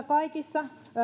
kaikissa